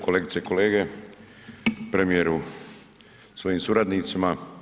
Kolegice i kolege, premijeru sa svojim suradnicima.